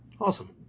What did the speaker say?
Awesome